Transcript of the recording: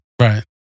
Right